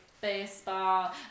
baseball